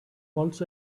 also